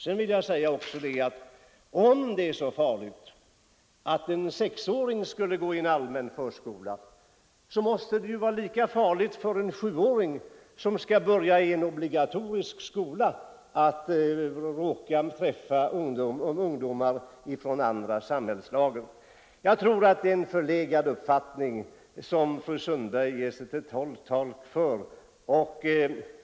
Om det skulle vara så farligt för en sexåring att gå i en allmän förskola måste det ju vara lika farligt för en sjuåring som skall börja i en obligatorisk skola att träffa ungdomar från andra samhällslager. Jag tror att det är en förlegad uppfattning som fru Sundberg gör sig till tolk för.